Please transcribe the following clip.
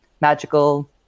Magical